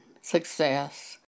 success